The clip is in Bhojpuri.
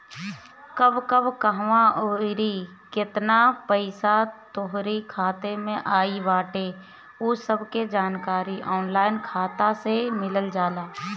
कब कब कहवा अउरी केतना पईसा तोहरी खाता में आई बाटे उ सब के जानकारी ऑनलाइन खाता से मिल जाला